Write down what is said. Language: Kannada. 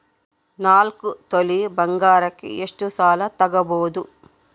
ನಾಲ್ಕು ತೊಲಿ ಬಂಗಾರಕ್ಕೆ ಎಷ್ಟು ಸಾಲ ತಗಬೋದು?